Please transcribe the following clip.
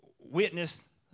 witness